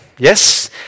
Yes